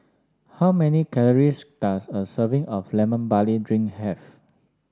how many calories does a serving of Lemon Barley Drink have